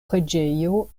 preĝejo